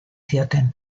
zioten